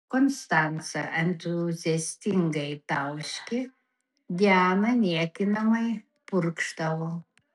konstanca entuziastingai tauškė diana niekinamai purkštavo